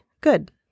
good